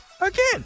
again